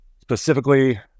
specifically